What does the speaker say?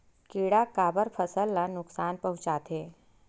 किड़ा काबर फसल ल नुकसान पहुचाथे?